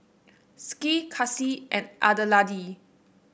Skye Kasie and Adelaide